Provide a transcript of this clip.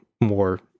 more